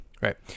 right